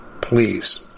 please